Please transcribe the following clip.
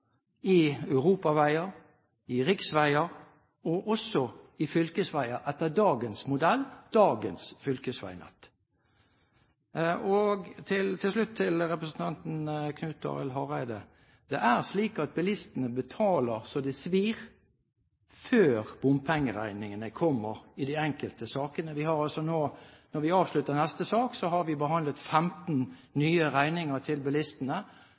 i europaveier, i riksveier, og også i fylkesveier etter dagens modell – dagens fylkesveinett. Til slutt til representanten Knut Arild Hareide: Det er slik at bilistene betaler så det svir før bompengeregningene kommer. Når vi avslutter neste sak, har vi behandlet 15 nye regninger til bilistene,